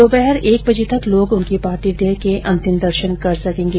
दोपहर एक बजे तक लोग उनकी पार्थिव देह के अंतिम दर्शन कर सकेंगे